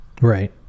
right